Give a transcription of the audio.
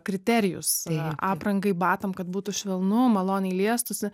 kriterijus aprangai batam kad būtų švelnu maloniai liestųsi